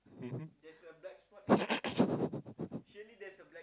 mmhmm